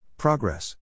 Progress